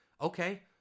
okay